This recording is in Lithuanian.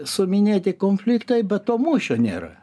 suminėti konfliktai bet to mūšio nėra